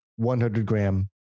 100-gram